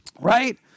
right